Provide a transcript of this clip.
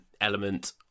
element